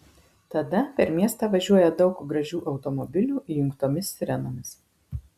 tada per miestą važiuoja daug gražių automobilių įjungtomis sirenomis